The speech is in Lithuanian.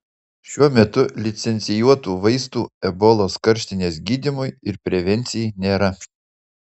šiuo metu licencijuotų vaistų ebolos karštinės gydymui ir prevencijai nėra